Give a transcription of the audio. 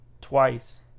twice